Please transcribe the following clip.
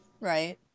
right